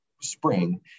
spring